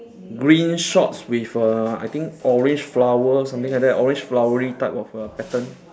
green shorts with err I think orange flower something like that orange flowery type of a pattern